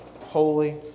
holy